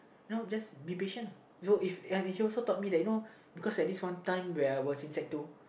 you know just be patient lah so if he also taught me that you know because there's this one time when I was in sec two